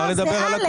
לא, זה (א).